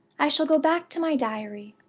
i shall go back to my diary.